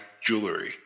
jewelry